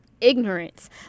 ignorance